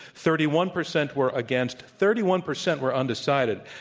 thirty one percent were against, thirty one percent were undecided.